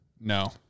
No